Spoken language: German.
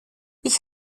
ich